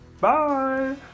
Bye